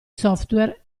software